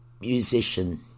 musician